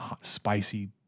spicy